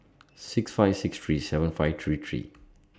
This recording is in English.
six five six three seven five three three